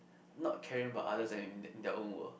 not caring about others and in their own world